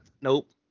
nope